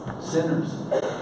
Sinners